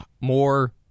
more